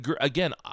again